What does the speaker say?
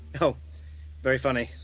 oh very funny!